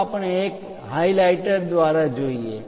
ચાલો આપણે એક હાઇલાઇટર દ્વારા જોઈએ